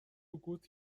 سکوت